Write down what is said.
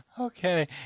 Okay